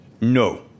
No